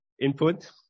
input